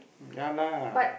ya lah